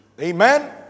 Amen